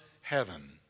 heaven